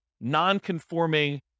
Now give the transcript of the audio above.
non-conforming